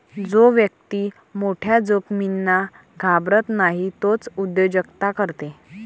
जो व्यक्ती मोठ्या जोखमींना घाबरत नाही तोच उद्योजकता करते